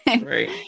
Right